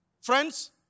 Friends